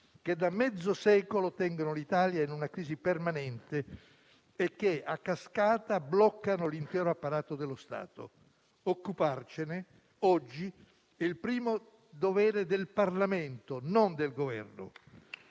che, da mezzo secolo, tengono l'Italia in una crisi permanente e che, a cascata, bloccano l'intero apparato dello Stato. Occuparcene, oggi, è il primo dovere del Parlamento, non del Governo.